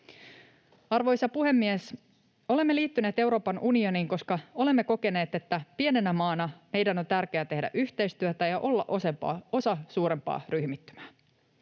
Arvoisa puhemies! Olemme liittyneet Euroopan unioniin, koska olemme kokeneet, että pienenä maana meidän on tärkeää tehdä yhteistyötä ja olla osa suurempaa ryhmittymää.